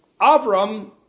Avram